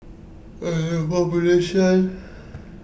and the proportion